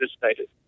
participated